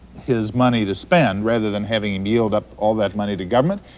his money to spend rather than having him yield up all that money to government.